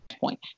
point